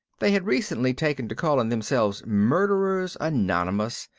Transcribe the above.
they had recently taken to calling themselves murderers anonymous,